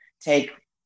take